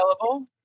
available